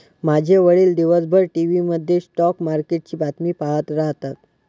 माझे वडील दिवसभर टीव्ही मध्ये स्टॉक मार्केटची बातमी पाहत राहतात